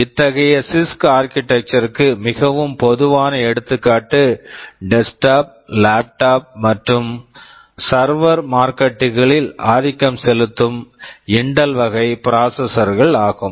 இத்தகைய CISC CISC architecture architecture ற்கு மிகவும் பொதுவான எடுத்துக்காட்டு டெஸ்க்டாப் desktop லேப்டாப் laptop மற்றும் சர்வர் மார்க்கெட் server market களில் ஆதிக்கம் செலுத்தும் இன்டெல் Intel வகை ப்ராசஸர் processor -கள் ஆகும்